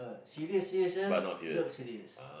ah serious serious not serious